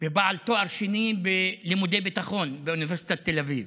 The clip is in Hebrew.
ובעל תואר שני בלימודי ביטחון באוניברסיטת תל אביב.